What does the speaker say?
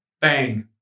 Bang